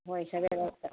ꯍꯣꯏ ꯁꯕꯦꯟ ꯑꯩꯠꯇ